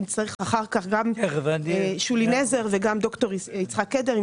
אם צריך אחר-כך, שולי נזר, וגם ד"ר יצחק קדם.